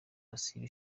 basiba